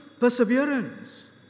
Perseverance